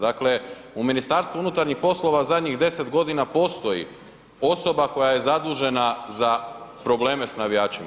Dakle, u Ministarstvu unutarnjih poslova zadnjih 10 godina postoji osoba koja je zadužena za probleme sa navijačima.